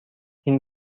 این